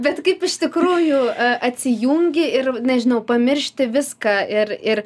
bet kaip iš tikrųjų atsijungi ir nežinau pamiršti viską ir ir